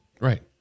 Right